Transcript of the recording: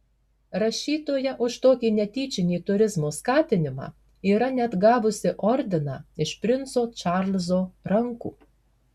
rašytoja už tokį netyčinį turizmo skatinimą yra net gavusi ordiną iš princo čarlzo rankų